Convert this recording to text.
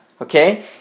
Okay